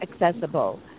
accessible